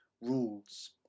rules